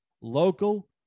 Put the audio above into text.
local